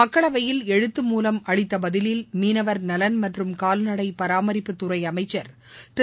மக்களவையில் எழுத்து மூலம் அளித்த பதிலில் மீனவர் நலன் மற்றும் கால்நடை பராமரிப்பு துறை அமைச்சா் திரு